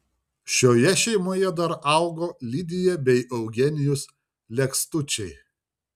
šioje šeimoje dar augo lidija bei eugenijus lekstučiai